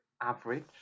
average